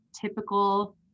typical